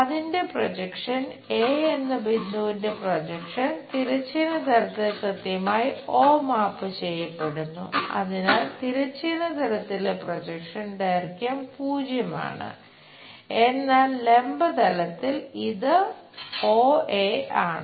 അതിന്റെ പ്രൊജക്ഷൻ ആണ്